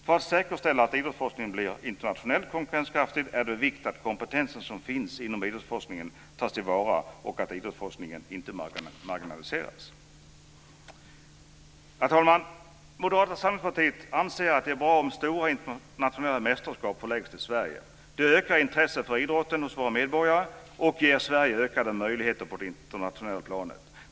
För att säkerställa att idrottsforskningen blir internationellt konkurrenskraftig är det av vikt att den kompetens som finns inom idrottsforskningen tas till vara och att idrottsforskningen inte marginaliseras. Fru talman! Moderata samlingspartiet anser att det är bra om stora internationella mästerskap förläggs till Sverige. Det ökar intresset för idrotten hos hos våra medborgare och ger Sverige ökade möjligheter på det internationella planet.